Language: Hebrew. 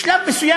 בשלב מסוים,